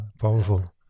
powerful